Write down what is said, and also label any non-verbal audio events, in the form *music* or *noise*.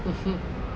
*laughs*